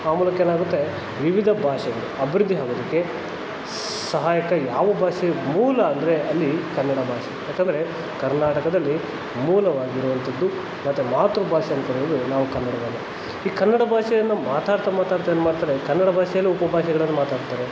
ಆ ಮೂಲಕ ಏನಾಗುತ್ತೆ ವಿವಿಧ ಭಾಷೆಗಳು ಅಭಿವೃದ್ಧಿ ಹೊಂದೋದಕ್ಕೆ ಸಹಾಯಕ ಯಾವ ಭಾಷೆಯ ಮೂಲ ಅಂದರೆ ಅಲ್ಲಿ ಕನ್ನಡ ಭಾಷೆ ಏಕೆಂದ್ರೆ ಕರ್ನಾಟಕದಲ್ಲಿ ಮೂಲವಾಗಿರುವಂಥದ್ದು ಮತ್ತೆ ಮಾತೃಭಾಷೆ ಅಂತ ಹೇಳೋದು ನಾವು ಕನ್ನಡವನ್ನೇ ಈ ಕನ್ನಡ ಭಾಷೆಯನ್ನು ಮಾತಾಡ್ತಾ ಮಾತಾಡ್ತಾ ಏನು ಮಾಡ್ತಾರೆ ಕನ್ನಡ ಬಾಷೆಯಲ್ಲೂ ಉಪಭಾಷೆಗಳನ್ನು ಮಾತಾಡ್ತಾರೆ